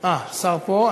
השר פה?